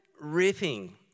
ripping